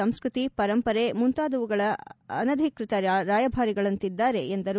ಸಂಸ್ಕೃತಿ ಪರಂಪರೆ ಮುಂತಾದವುಗಳ ಅನಧಿಕೃತಿ ರಾಯಭಾರಿಗಳಂತಿದ್ದಾರೆ ಎಂದರು